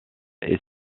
est